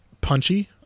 punchy